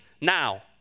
now